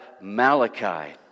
Malachi